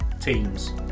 teams